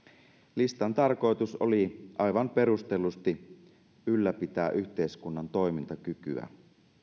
listan tarkoitus oli aivan perustellusti ylläpitää yhteiskunnan toimintakykyä